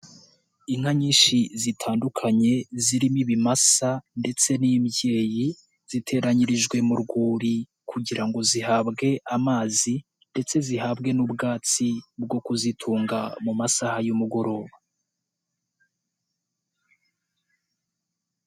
Inka nyinshi zitandukanye zirimo ibimasa ndetse n'imbyeyi, ziteranyirijwe mu rwuri kugira ngo zihabwe amazi ndetse zihabwe n'ubwatsi bwo kuzitunga mu masaha y'umugoroba.